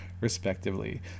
respectively